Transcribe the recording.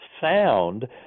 sound